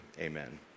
amen